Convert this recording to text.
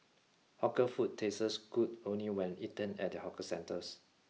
hawker food tastes good only when eaten at the Hawker Centers